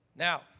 Now